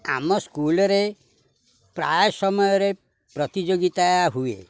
ଆମ ସ୍କୁଲ୍ରେ ପ୍ରାୟ ସମୟରେ ପ୍ରତିଯୋଗିତା ହୁଏ